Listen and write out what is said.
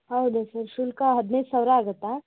ಹೌದಾ ಸರ್ ಶುಲ್ಕ ಹದಿನೈದು ಸಾವಿರ ಆಗುತ್ತಾ